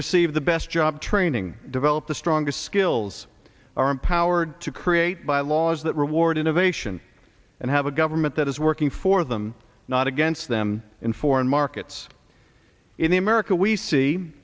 receive the best job training develop the strongest skills are empowered to create by laws that reward innovation and have a government that is working for them not against them in foreign markets in america we see